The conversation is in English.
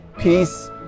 Peace